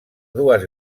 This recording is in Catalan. dues